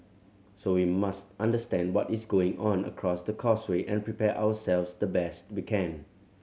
so we must understand what is going on across the causeway and prepare ourselves the best we can